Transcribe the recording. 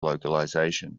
localization